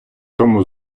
тому